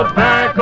back